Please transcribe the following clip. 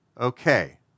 Okay